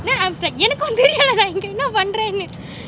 then I was like யெனக்கு வந்து என்னா பன்ரென்னு:yenakku vanthu yenna panrennu